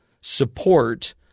support